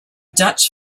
dutch